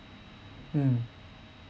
mm